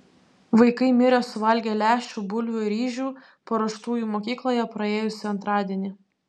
vaikai mirė suvalgę lęšių bulvių ir ryžių paruoštų jų mokykloje praėjusį antradienį